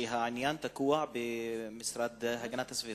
שאילתא מס'